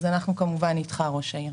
אנחנו כמובן איתך, ראש העיר.